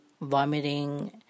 vomiting